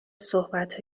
صحبت